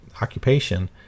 occupation